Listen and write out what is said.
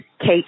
Kate